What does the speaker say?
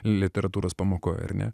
literatūros pamokoje ar ne